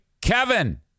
Kevin